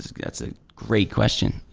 so that's a great question,